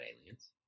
aliens